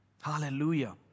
hallelujah